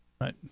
Right